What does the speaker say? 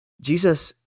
Jesus